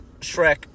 Shrek